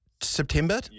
September